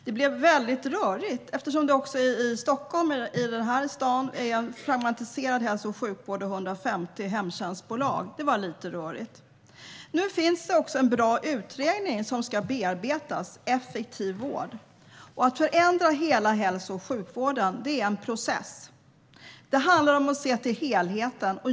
Det blev mycket rörigt, eftersom det även i Stockholm är en fragmenterad hälso och sjukvård och 150 hemtjänstbolag. Det var lite rörigt. Nu finns det en bra utredning, Effektiv vård , som ska bearbetas. Att förändra hela hälso och sjukvården är en process. Det handlar om att se till helheten.